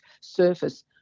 Surface